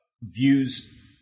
views